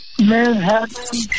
Manhattan